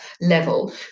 level